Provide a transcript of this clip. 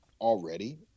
already